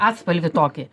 atspalvį tokį